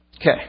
Okay